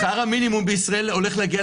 שכר המינימום בישראל הולך להגיע